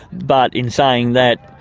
but in saying that,